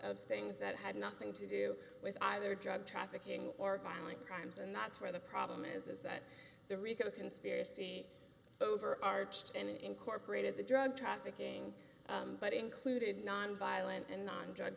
of things that had nothing to do with either drug trafficking or violent crimes and that's where the problem is is that the rico conspiracy over arched and incorporated the drug trafficking but included nonviolent and non drug